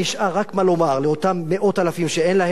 רק מה לומר לאותם מאות אלפים שאין להם,